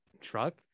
truck